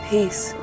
Peace